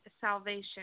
salvation